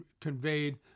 conveyed